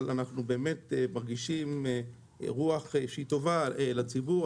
אבל אנחנו באמת מרגישים רוח טובה לציבור.